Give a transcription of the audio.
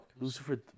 Lucifer